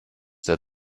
der